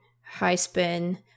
high-spin